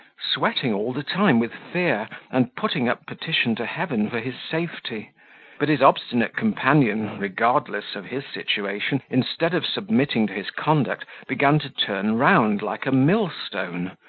sweating all the time with fear, and putting up petition to heaven for his safety but his obstinate companion, regardless of his situation, instead of submitting to his conduct, began to turn round like a millstone,